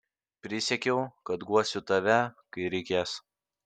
prisiekiau kad guosiu tave kai reikės